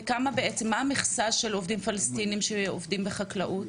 ומהי בעצם המכסה של עובדים פלסטינים שעובדים בחקלאות?